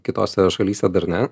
kitose šalyse dar ne